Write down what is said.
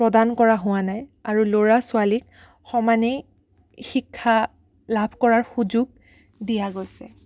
প্ৰদান কৰা হোৱা নাই আৰু ল'ৰা ছোৱালীক সমানেই শিক্ষা লাভ কৰাৰ সুযোগ দিয়া গৈছে